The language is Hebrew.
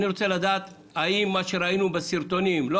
אני רוצה לדעת האם מה שראינו בסרטונים לא